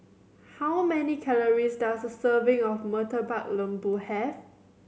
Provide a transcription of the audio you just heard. how many calories does a serving of Murtabak Lembu have